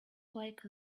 like